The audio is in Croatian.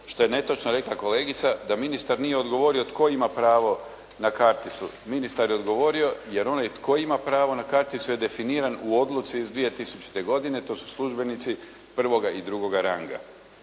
što je netočno rekla kolegica, da ministar nije odgovorio tko ima pravo na karticu. Ministar je odgovorio, jer onaj tko ima pravo na karticu je definiran u odluci iz 2000. godine, to su službenici prvoga i drugoga ranga.